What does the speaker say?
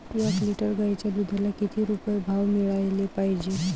एक लिटर गाईच्या दुधाला किती रुपये भाव मिळायले पाहिजे?